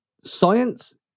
science